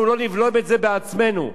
אם אנחנו לא עם יד על ההדק,